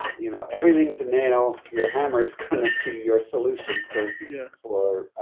you know everything's a nail your hammers kind of be your solution for you know for.